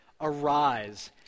arise